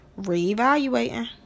Reevaluating